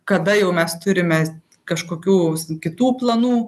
kada jau mes turime kažkokių kitų planų